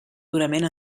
durament